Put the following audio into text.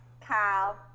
Kyle